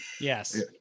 Yes